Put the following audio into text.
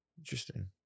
Interesting